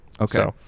Okay